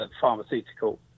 pharmaceutical